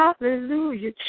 Hallelujah